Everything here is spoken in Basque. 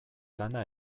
lana